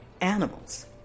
animals